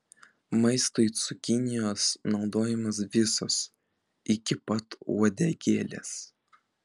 maistui cukinijos naudojamos visos iki pat uodegėlės